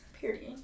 Period